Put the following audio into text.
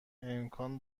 امکان